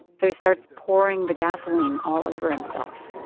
so he starts pouring the gasoline all over himself